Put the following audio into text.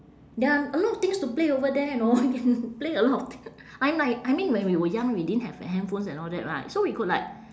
ya a lot of things to play over there you know can play a lot of thing I mean like I mean when we were young we didn't have handphones and all that right so we could like